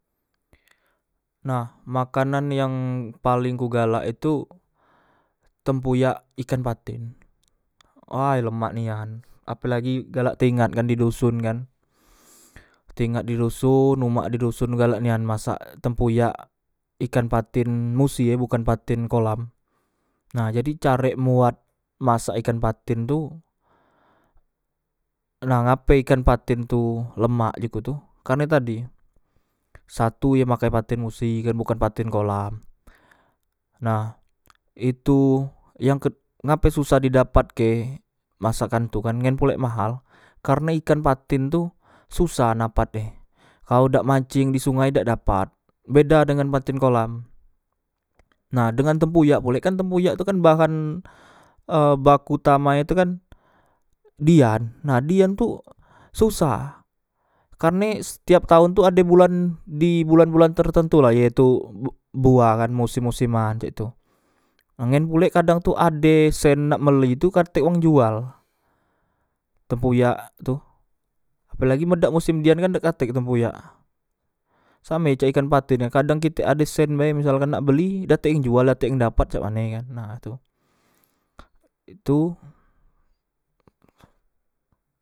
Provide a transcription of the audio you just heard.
Nah makanan yang paleng ku galak itu tempuyak ikan paten way lemak nian apolagi galak teingat kan di doson kan teingat di doson umak di doson galak nian masak tempuyak ikan paten musi e bukan paten kolam nah jadi carek mbuat masak ikan paten tu nah ngape ikan paten tu lemak ji ku tu karne tadi satu ye make paten musi bukan paten kolam nah itu yang ked ngape susah didapatke masakan tu kan ngen pulek mahal karne ikan paten tu susah napate kalao dak manceng di sungai dak dapat beda dengan paten kolam nah dengan tempuyak pulek kan tempuyak tu kan bahan e baku utama e tu kan dian nah dian tu susah karne setiap taon tu ade bulan di bulan bulan tertentula ye tu bu buah kan mosem moseman cak tu nah ngen pulek kadang tu ade sen nak beli tu katek wang jual tempuyak tu apelagi men dak mosem dian kan dak katek tempuyak same cak ikan paten na kadang kitek ade sen bae misalkan nak beli dak tek yang jual dak tek yang dapat cak mane kan na tu itu